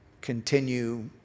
continue